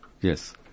Yes